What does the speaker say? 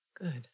Good